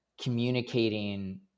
communicating